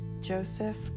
Joseph